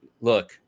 look